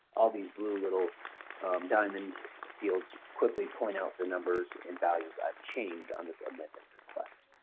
all these blue little diamonds fields quickly point out the numbers and values i've changed on this amendment request.